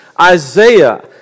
Isaiah